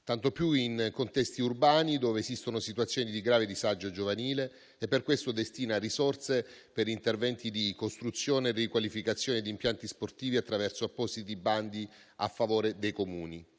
tanto più in contesti urbani dove esistono situazioni di grave disagio giovanile, e per questo destina risorse per interventi di costruzione e riqualificazione di impianti sportivi attraverso appositi bandi a favore dei Comuni.